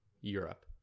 Europe